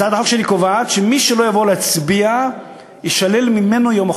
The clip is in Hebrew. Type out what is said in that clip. הצעת החוק שלי קובעת שמי שלא יבוא להצביע יישלל ממנו יום החופש,